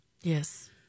Yes